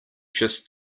just